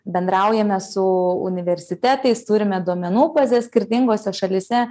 bendraujame su universitetais turime duomenų bazes skirtingose šalyse